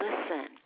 listen